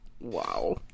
Wow